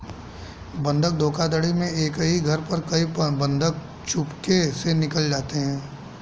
बंधक धोखाधड़ी में एक ही घर पर कई बंधक चुपके से निकाले जाते हैं